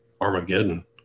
Armageddon